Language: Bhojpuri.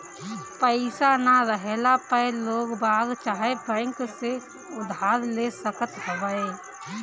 पईसा ना रहला पअ लोगबाग चाहे बैंक से उधार ले सकत हवअ